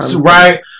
right